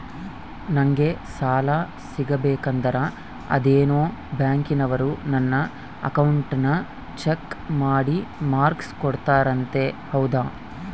ನಂಗೆ ಸಾಲ ಸಿಗಬೇಕಂದರ ಅದೇನೋ ಬ್ಯಾಂಕನವರು ನನ್ನ ಅಕೌಂಟನ್ನ ಚೆಕ್ ಮಾಡಿ ಮಾರ್ಕ್ಸ್ ಕೊಡ್ತಾರಂತೆ ಹೌದಾ?